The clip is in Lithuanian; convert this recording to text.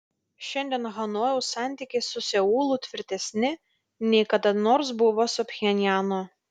šiandien hanojaus santykiai su seulu tvirtesni nei kada nors buvo su pchenjanu